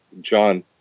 John